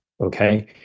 okay